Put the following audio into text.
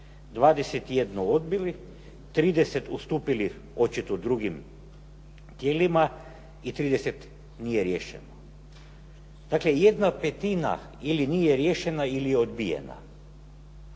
21 odbila, 30 ustupili očito drugim tijelima i 30 nije riješeno. Dakle, jedna petina ili nije riješena ili je odbijena.